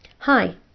Hi